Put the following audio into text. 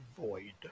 void